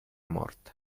morta